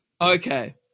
Okay